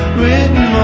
Written